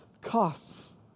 costs